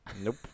Nope